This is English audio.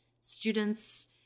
students